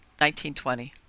1920